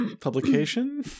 publication